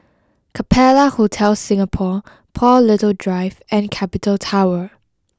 Capella Hotel Singapore Paul Little Drive and Capital Tower